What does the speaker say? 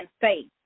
Faith